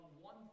one